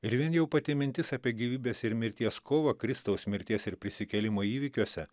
ir vien jau pati mintis apie gyvybės ir mirties kovą kristaus mirties ir prisikėlimo įvykiuose